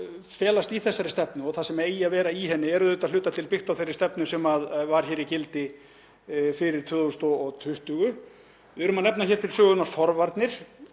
felast í þessari stefnu og vera í henni er að hluta til byggt á þeirri stefnu sem var í gildi fyrir 2020. Við erum að nefna hér til sögunnar forvarnir.